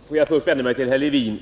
Fru talman! Får jag först vända mig till herr Levin.